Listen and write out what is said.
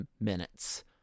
minutes